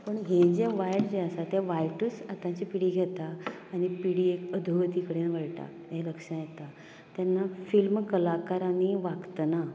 पण हें जें वायट जें आसा तें वायटूच आतांचीं पिडी घेता आनी पिडी एक अधोगती कडेन वळटा हें लक्षांत येता तेन्ना फिल्म कलाकारांनी वागतना